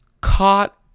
caught